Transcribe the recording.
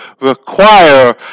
require